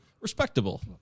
Respectable